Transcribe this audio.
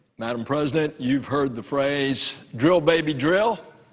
madam president, you've heard the phrase drill, baby, drill.